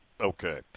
okay